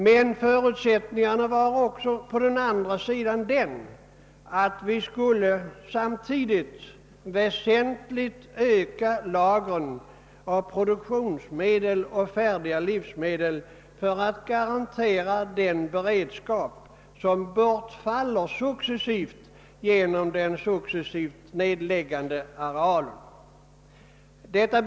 Men å andra sidan var en annan förutsättning för densamma, att vi samtidigt skulle väsentligt öka lagren av produktionsmedel och färdiga livsmedel för att garantera den beredskap som successivt bortfaller genom den successiva nedläggningen av åkerareal.